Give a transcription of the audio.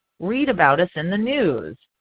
read about us in the news.